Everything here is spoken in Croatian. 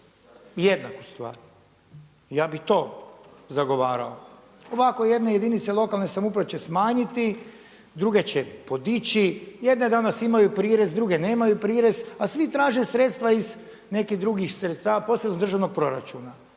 jednak u stvari. Ja bih to zagovarao. Ovako jedne jedinice lokalne samouprave će smanjiti, druge će podići. Jedne danas imaju prirez, druge nemaju prirez, a svi traže sredstva iz nekih drugih sredstava, posebno iz državnog proračuna.